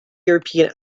european